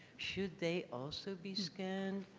should they also be scanned?